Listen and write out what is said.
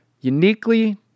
uniquely